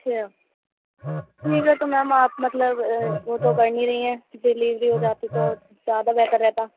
اچھا ٹھیک ہے تو میم آپ مطلب وہ تو کر نہیں رہی ہیں ڈلیوری ہو جاتی تو زیادہ بہتر رہتا